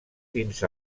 dins